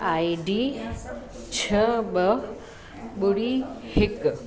ID छह ॿ ॿुड़ी हिकु